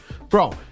Bro